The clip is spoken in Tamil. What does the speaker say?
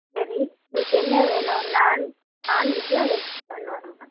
சரி உங்களுக்கு என்ன வேணும் நாண் நாண்வெஜ்ஜா வெஜ் பண்ணணுமா